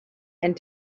and